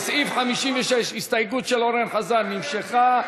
לסעיף 56, הסתייגות של אורן חזן, נמשכה.